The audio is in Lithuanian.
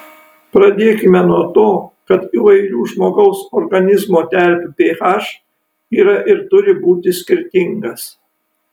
pradėkime nuo to kad įvairių žmogaus organizmo terpių ph yra ir turi būti skirtingas